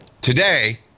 Today